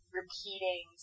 repeating